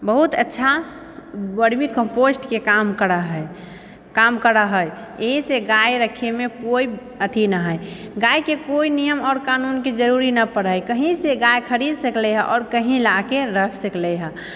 बहुत अच्छा वरमी काम्पोस्टके काम करऽ हइ काम करऽ हइ इएहसँ गाय रखैमे कोइ अथी ना हइ गायके कोई नियम आओर कानूनके जरूरी नहि पड़ै हइ कहीँसँ गाय खरीद सकलै हइ आओर कहीँ लाके रख सकलै हँ